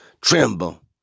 Tremble